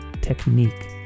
technique